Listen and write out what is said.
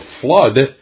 flood